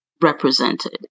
represented